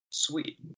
Sweet